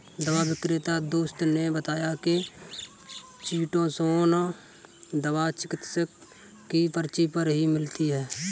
दवा विक्रेता दोस्त ने बताया की चीटोसोंन दवा चिकित्सक की पर्ची पर ही मिलती है